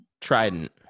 trident